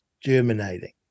germinating